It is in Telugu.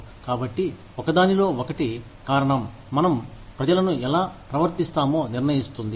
కాబట్టి ఒకదానిలో ఒకటి కారణం మనం ప్రజలను ఎలా ప్రవర్తిస్తామో నిర్ణయిస్తుంది